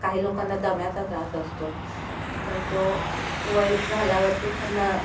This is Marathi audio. काही लोकांना दम्याचा त्रास असतो तर तो वय झाल्यावरती त्यांना